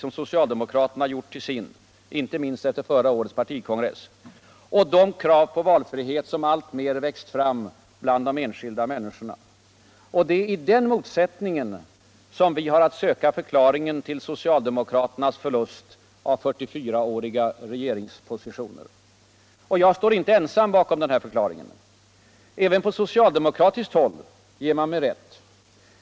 som socialdemokraterna gjort tull sin — inte minst efhter förra årets partikongress — och de krav på valfrihet som alltmer växt fram bland de enskilda minniskorna. Det är i den motsättningen som vi har att söka förklaringen till sociatdemokraternas förlust av 44 åriga regeringspositioner. Och jag står inte ensam bakom den förklaringen. Även på-socialdemokratiskt häll ger man mig rätt.